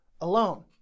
alone